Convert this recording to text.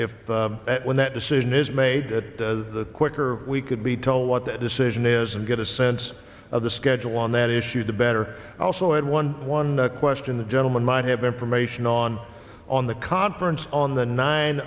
if when that decision is made at the quicker we could be told what the decision is and get a sense of the schedule on that issue the better also i had one one question the gentleman might have information on on the conference on the nine